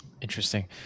Interesting